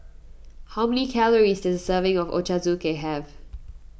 how many calories does a serving of Ochazuke have